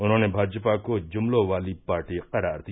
उन्होंने भाजपा को जुमलों वाली पार्टी करार दिया